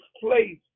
place